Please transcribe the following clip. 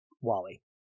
Wally